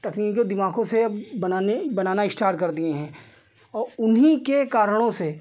तकनीकी दिमागों से अब बनाने बनाना स्टार्ट कर दिए हैं और उन्हीं के कारणों से